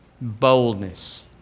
boldness